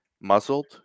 muzzled